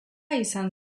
izan